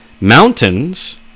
Mountains